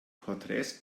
porträts